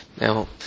Now